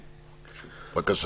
בבקשה.